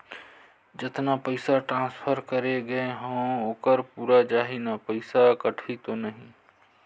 जतना पइसा ट्रांसफर करे गये हवे ओकर पूरा जाही न पइसा कटही तो नहीं?